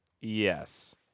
Yes